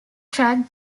track